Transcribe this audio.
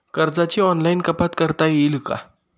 कर्जाची ऑनलाईन कपात करता येईल का?